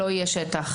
לא יהיה שטח.